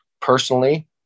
personally